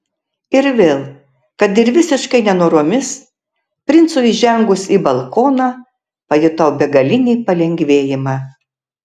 ir vėl kad ir visiškai nenoromis princui įžengus į balkoną pajutau begalinį palengvėjimą